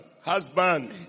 husband